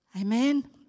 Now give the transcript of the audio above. Amen